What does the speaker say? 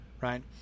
right